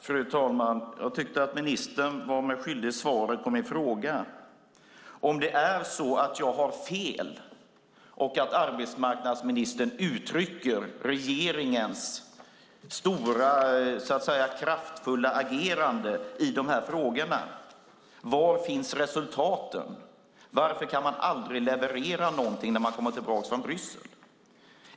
Fru talman! Jag tyckte att ministern var mig svaret skyldig på min fråga. Om jag har fel och arbetsmarknadsministern uttrycker regeringens stora, kraftfulla agerande i de här frågorna, var finns då resultaten? Varför kan man aldrig leverera någonting när man kommer tillbaka från Bryssel?